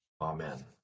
Amen